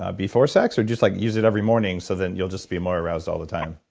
ah before sex, or just like use it every morning so then you'll just be more aroused all the time?